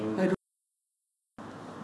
I don't know eh